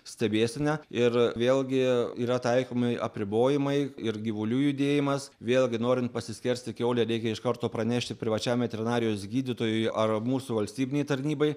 stebėsena ir vėlgi yra taikomi apribojimai ir gyvulių judėjimas vėlgi norint pasiskersti kiaulę reikia iš karto pranešti privačiam veterinarijos gydytojui ar mūsų valstybinei tarnybai